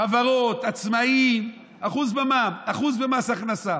חברות, עצמאים, 1% במע"מ, 1% במס הכנסה,